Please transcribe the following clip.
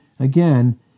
Again